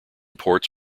ports